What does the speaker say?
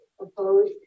Opposed